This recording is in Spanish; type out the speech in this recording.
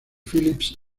philips